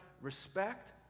respect